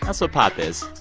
ah so pop is